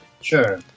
Sure